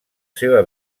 seva